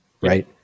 right